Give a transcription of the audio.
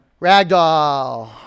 Ragdoll